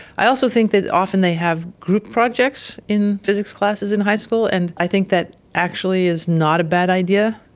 i also think that often they have group projects in physics classes in high school, and i think that actually is not a bad idea.